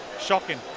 shocking